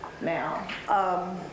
now